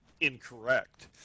incorrect